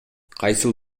кайсыл